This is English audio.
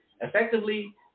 effectively